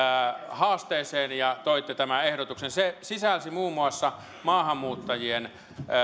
haasteeseen ja toitte tämän ehdotuksen se sisälsi muun muassa maahanmuuttajien